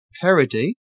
parody